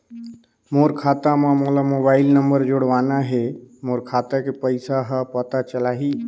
मोर खाता मां मोला मोबाइल नंबर जोड़वाना हे मोर खाता के पइसा ह पता चलाही?